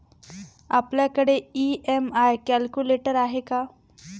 आपल्याकडे EMI calculator आहे का?